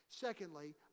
secondly